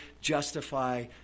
justify